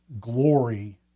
glory